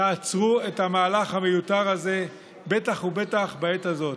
תעצרו את המהלך המיותר הזה, בטח ובטח בעת הזאת.